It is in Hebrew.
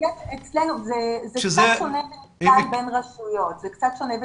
זה קצת שונה ונבדל בין רשויות.